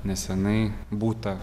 nesenai butą